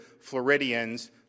Floridians